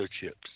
chips